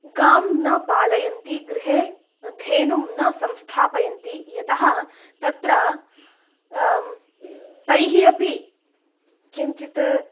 गां न पालयन्ति गृहे धेनुं न संस्थापयन्ति यतः तत्र तैः अपि किञ्चित्